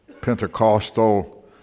Pentecostal